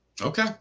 Okay